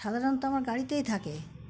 সাধারণত আমার গাড়িতেই থাকে